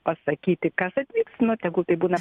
pasakyti kas vyks nu tegu tai būna